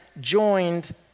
joined